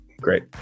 Great